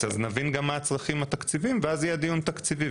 אז נבין גם מה הצרכים התקציביים ואז יהיה דיון תקציבי.